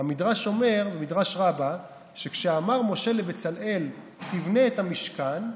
מדרש רבא אומר שכשאמר משה לבצלאל: תבנה את המשכן,